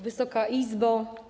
Wysoka Izbo!